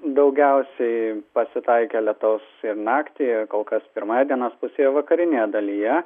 daugiausiai pasitaikė lietaus naktį kol kas pirmoje dienos pusėje vakarinėje dalyje